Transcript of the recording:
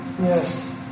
Yes